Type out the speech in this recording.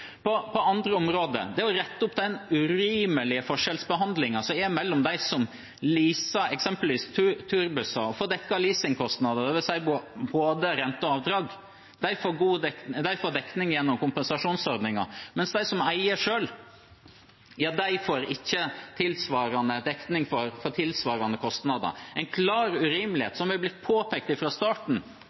På andre områder gjelder det å rette opp den urimelige forskjellsbehandlingen som er mellom dem som eksempelvis leaser turbusser, som får dekket leasingkostnader, både renter og avdrag, gjennom kompensasjonsordningen, og dem som eier selv, som ikke får tilsvarende dekning for tilsvarende kostnader. Det er en klar urimelighet som er blitt påpekt fra starten